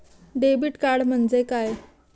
Debit card म्हणजे काय?